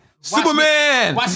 Superman